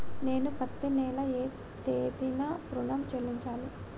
నేను పత్తి నెల ఏ తేదీనా ఋణం చెల్లించాలి?